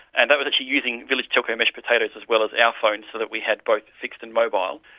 and that was actually using village telco mesh potatoes as well as our phones so that we had both fixed and mobile.